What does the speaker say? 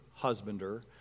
husbander